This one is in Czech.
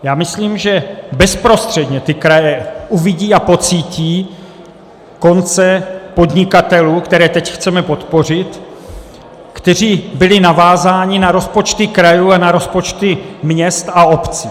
Já myslím, že bezprostředně ty kraje uvidí a pocítí konce podnikatelů, které teď chceme podpořit, kteří byli navázáni na rozpočty krajů a na rozpočty měst a obcí.